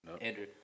Andrew